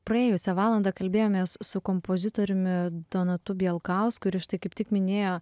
praėjusią valandą kalbėjomės su kompozitoriumi donatu bielkausku ir jis štai kaip tik minėjo